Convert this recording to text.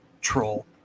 Troll